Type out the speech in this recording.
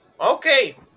Okay